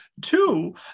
two